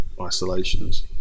isolations